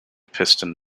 piston